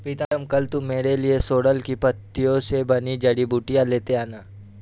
प्रीतम कल तू मेरे लिए सोरेल की पत्तियों से बनी जड़ी बूटी लेते आना